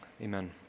amen